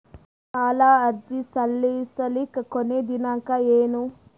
ಸಾಲ ಅರ್ಜಿ ಸಲ್ಲಿಸಲಿಕ ಕೊನಿ ದಿನಾಂಕ ಏನು?